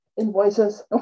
invoices